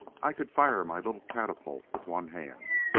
i could fire my little catapult with one hand.